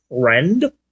friend